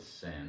sin